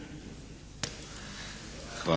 Hvala.